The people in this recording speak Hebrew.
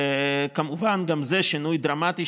וכמובן גם זה שינוי דרמטי,